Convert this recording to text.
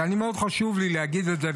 ומאוד חשוב לי להגיד את זה,